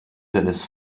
seines